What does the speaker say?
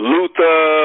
Luther